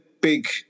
big